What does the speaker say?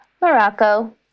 Morocco